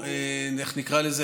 איך נקרא לזה,